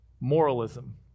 moralism